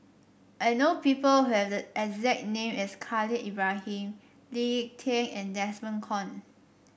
I know people who have the exact name as Khalil Ibrahim Lee Tieng and Desmond Kon